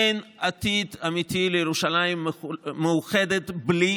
אין עתיד אמיתי לירושלים מאוחדת בלי